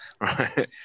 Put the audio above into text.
right